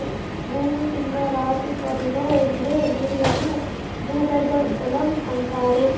భూమి కింద రాతి పొరల్లో ఉండే నీళ్ళను భూగర్బజలం అంటారు